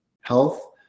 health